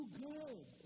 good